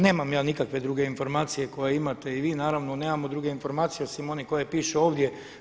Nemam ja nikakve druge informacije koje imate i vi naravno, nemamo druge informacije osim one koje pišu ovdje.